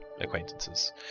acquaintances